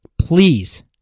please